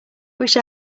wish